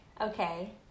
Okay